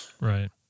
Right